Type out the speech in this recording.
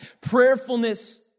prayerfulness